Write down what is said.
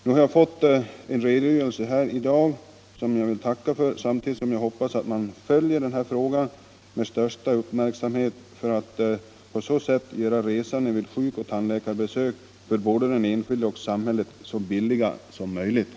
Nu har jag här i dag fått en redogörelse som jag vill tacka för samtidigt som jag hoppas att man följer frågan med största uppmärksamhet, i syfte att göra resandet vid läkaroch tandläkarbesök så billigt som möjligt för både den enskilde Nr 54